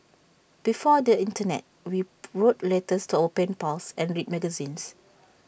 before the Internet we wrote letters to our pen pals and read magazines